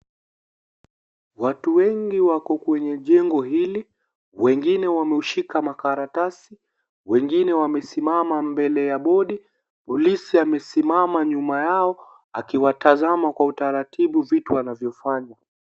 Watu wengi wako kwenye jengo hili wengine wamueshika makaratasi , wengine wamesimama mbele ya bodi. Polisi amesimama nyuma yao akiwatazama kwa utaratibu vitu anavyofanya.